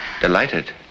Delighted